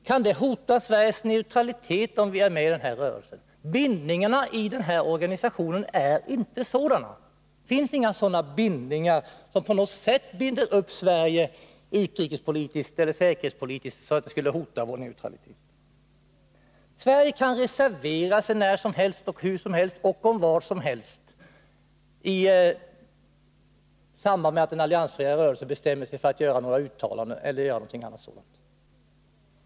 Kan det hota Sveriges neutralitet att vara med i den här rörelsen? Bindningarna i organisationen är inte sådana. Det finns inte några bindningar som på något sätt skulle binda upp Sverige utrikespolitiskt eller säkerhetspolitiskt eller som skulle kunna hota landets neutralitet. Sverige kan reservera sig när som helst och hur som helst om vad som helst i samband med att den alliansfria rörelsen bestämmer sig för att göra uttalanden eller för att göra någonting annat sådant.